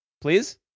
please